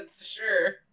sure